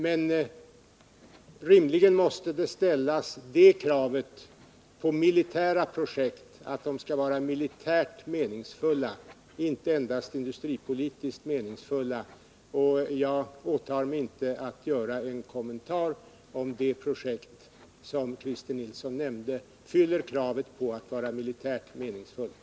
Men rimligen måste på militära projekt ställas kravet att de skall vara militärt meningsfulla och inte endast industripolitiskt meningsfulla. Jag åtar mig inte att göra en kommentar om huruvida det projekt som Christer Nilsson nämnde fyller krav på att vara militärt meningsfullt.